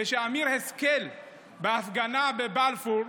כשאמיר השכל בהפגנה בבלפור,